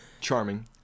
Charming